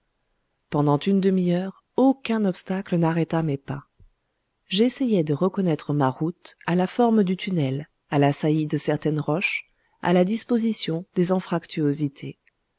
pendant une demi-heure aucun obstacle n'arrêta mes pas j'essayais de reconnaître ma route à la forme du tunnel à la saillie de certaines roches à la disposition des